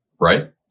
right